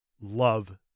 love